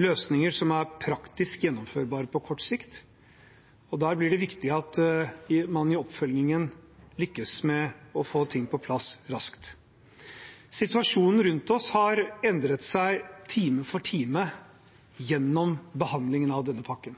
løsninger som er praktisk gjennomførbare på kort sikt, og der blir det viktig at man i oppfølgingen lykkes med å få ting på plass raskt. Situasjonen rundt oss har endret seg time for time gjennom behandlingen av denne pakken.